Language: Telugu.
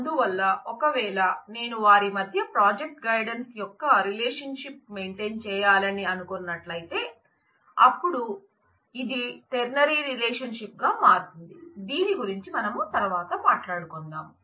అందువల్ల ఒకవేళ నేను వారి మధ్య ప్రాజెక్ట్ గైడెన్స్ యొక్క రిలేషన్షిప్న్ని మెయింటైన్ చేయాలని అనుకున్నట్లయితే అప్పుడు ఇది టెర్నరీ రిలేషన్షిప్ గా మారుతుంది దీని గురించి మనం తరువాత మాట్లాడుకుందాం